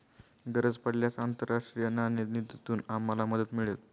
गरज पडल्यास आंतरराष्ट्रीय नाणेनिधीतून आम्हाला मदत मिळेल